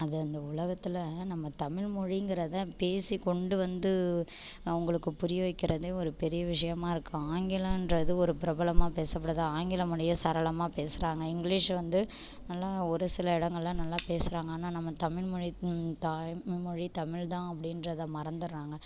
அது அந்த உலகத்தில் நம்ம தமிழ் மொழிங்கிறத பேசி கொண்டு வந்து அவங்களுக்கு புரிய வைக்கறதே ஒரு பெரிய விஷயமாக இருக்குது ஆங்கிலம்ன்றது ஒரு பிரபலமாக பேசப்படுது ஆங்கில மொழியை சரளமாக பேசுகிறாங்க இங்கிலீஷ் வந்து நல்லா ஒரு சில இடங்கள்லாம் நல்லா பேசுகிறாங்க ஆனால் நம்ம தமிழ் மொழி தாய் மொழி தமிழ் தான் அப்படின்றத மறந்துடுறாங்க